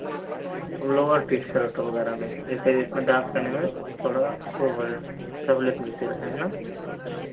lower T shirt वगैरह में जिससे डांस करने में थोड़ा वो हो सहूलियत मिलती रहे है ना